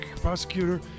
prosecutor